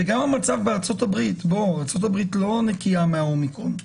גם המצב בארצות הברית כאשר ארצות הברית לא נקייה מה-אומיקרון.